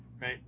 right